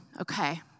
Okay